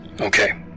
Okay